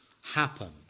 happen